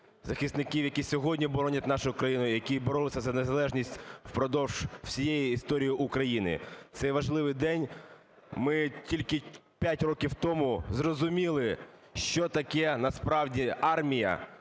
захисників, які сьогодні боронять нашу країну, які боролися за незалежність впродовж всієї історії України. В цей важливий день ми тільки 5 років тому зрозуміли, що таке насправді армія,